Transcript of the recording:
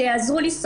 שיעזרו לי,